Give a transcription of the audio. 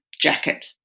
jacket